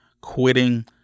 quitting